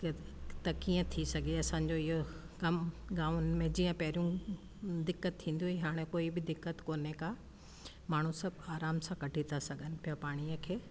जे त कीअं थी सघे असांजो इहो कमु गांवन में जीअं पहिरियों दिक़त थींदी हुई हाणे कोई बि दिक़त कोन्हे का माण्हू सभु आराम सां कढी था सघन पिया पाणीअ खे